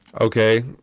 Okay